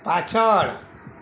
પાછળ